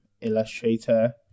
illustrator